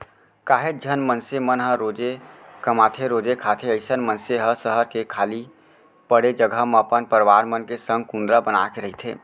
काहेच झन मनसे मन ह रोजे कमाथेरोजे खाथे अइसन मनसे ह सहर के खाली पड़े जघा म अपन परवार मन के संग कुंदरा बनाके रहिथे